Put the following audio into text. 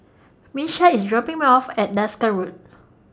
Miesha IS dropping Me off At Desker Road